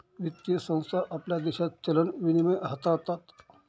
वित्तीय संस्था आपल्या देशात चलन विनिमय हाताळतात